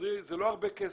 זה לא הרבה כסף,